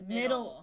middle